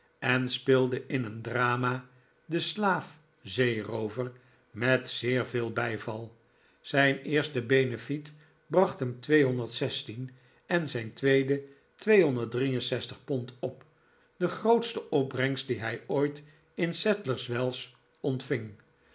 en speelde in een drama de slaaf zeeroover met zeer veel bijval zijn eerste benefiet bracht hem en zijn tweede pond op de grootste opbrengst die hij ooit in sadlers wells ontving